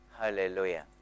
Hallelujah